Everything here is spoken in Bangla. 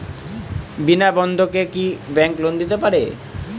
বিনা বন্ধকে কি ব্যাঙ্ক লোন দিতে পারে?